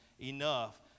enough